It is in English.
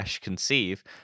conceive